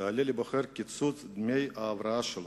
תעלה לבוחר בקיצוץ דמי ההבראה שלו.